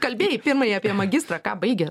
kalbėjai pirmai apie magistrą ką baigė